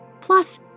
Plus